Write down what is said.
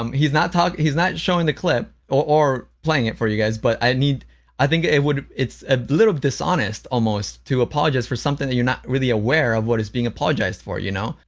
um he's not talking he's not showing the clip or playing it for you guys but i need i think it would it's a little dishonest almost to apologize for something that you're not really aware of what is being apologized for, you know?